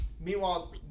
Meanwhile